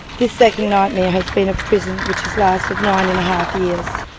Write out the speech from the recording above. the second nightmare has been of prison, which has lasted nine and a half years.